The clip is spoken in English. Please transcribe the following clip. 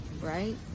right